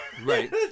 Right